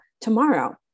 tomorrow